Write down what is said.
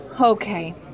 Okay